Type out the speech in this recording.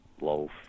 loaf